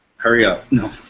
hurry up. no